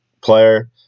player